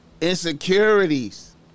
insecurities